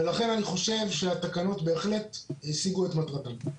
לכן אני חושב שהתקנות בהחלט השיגו את מטרתן.